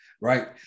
right